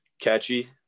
Catchy